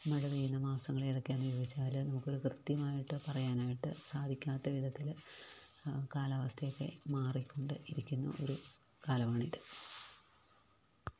മഴ പെയ്യുന്ന മാസങ്ങൾ ഏതൊക്കെ എന്ന് ചോദിച്ചാൽ നമുക്ക് ഒരു കൃത്യമായിട്ട് പറയാനായിട്ട് സാധിക്കാത്തവിധത്തിൽ കാലാവസ്ഥയൊക്കെ മാറിക്കൊണ്ട് ഇരിക്കുന്ന ഒരു കാലമാണിത്